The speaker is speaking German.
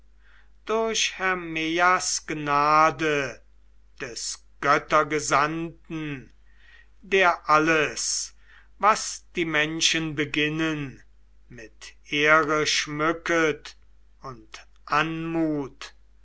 hermeias gnade des göttergesandten der alles was die menschen beginnen mit ehre schmücket und anmut